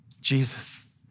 Jesus